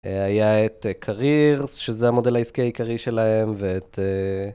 היה את Careers, שזה המודל העסקי העיקרי שלהם, ואת...